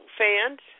fans